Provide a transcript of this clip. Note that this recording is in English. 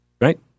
Right